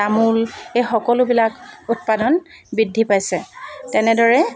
তামোল এই সকলোবিলাক উৎপাদন বৃদ্ধি পাইছে তেনেদৰে